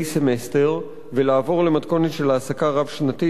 סמסטר ולעבור למתכונת של העסקה רב-שנתית,